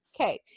Okay